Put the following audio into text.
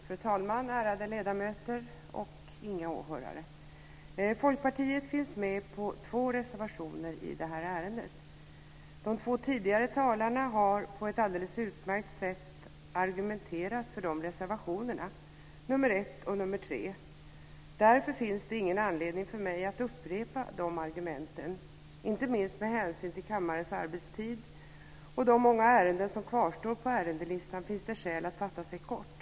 Fru talman! Ärade ledamöter! Folkpartiet finns med på två reservationer i detta ärende. De två tidigare talarna har på ett alldeles utmärkt sätt argumenterat för de reservationerna - nr 1 och nr 3. Därför finns det ingen anledning för mig att upprepa argumenten. Inte minst med hänsyn till kammarens arbetstid och de många ärenden som kvarstår på ärendelistan finns det skäl att fatta sig kort.